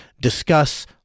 Discuss